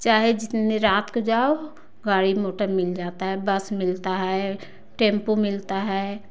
चाहे जितने रात को जाओ गाड़ी मोटर मिल जाता है बस मिलता है टेंपू मिलता है